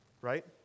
right